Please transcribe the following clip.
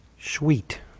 sweet